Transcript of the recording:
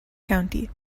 county